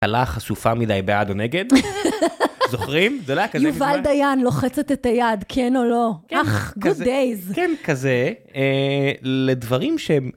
קלה חשופה מדי בעד או נגד, זוכרים? זה לא היה כזה מזמן. יובל דיין לוחצת את היד, כן או לא. כן. -"אח, גוד דייז". כן, כזה, לדברים שהם...